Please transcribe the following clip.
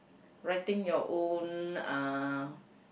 writing your own uh